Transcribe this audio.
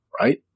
right